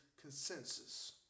consensus